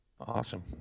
Awesome